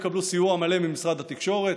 הם יקבלו סיוע מלא ממשרד התקשורת,